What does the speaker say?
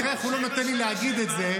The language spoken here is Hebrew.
תראה איך הוא לא נותן לי להגיד את זה,